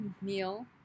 meal